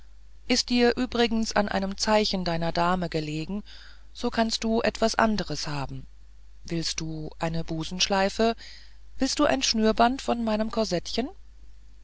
ist dir übrigens an einem zeichen deiner dame gelegen so kannst du etwas anderes haben willst du eine busenschleife willst du ein schnürband von meinem